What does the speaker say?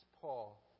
Paul